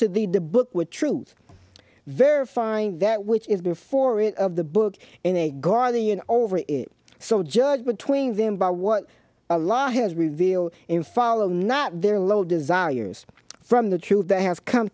to the de book with truth verifying that which is before it of the book in a guardian over so judge between them by what a law has revealed in follow not their low desires from the truth they have come